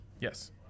Yes